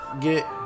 Get